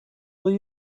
will